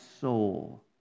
soul